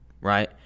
right